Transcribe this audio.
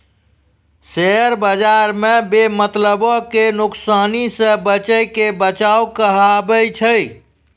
share बजारो मे बेमतलबो के नुकसानो से बचैये के बचाव कहाबै छै